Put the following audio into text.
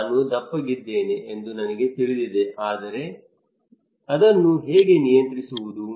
ನಾನು ದಪ್ಪಗಿದ್ದೇನೆ ಎಂದು ನನಗೆ ತಿಳಿದಿದೆ ಆದರೆ ಅದನ್ನು ಹೇಗೆ ನಿಯಂತ್ರಿಸುವುದು